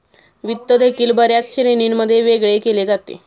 वित्त देखील बर्याच श्रेणींमध्ये वेगळे केले जाते